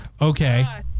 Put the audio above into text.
Okay